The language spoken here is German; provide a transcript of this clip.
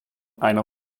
einer